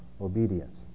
obedience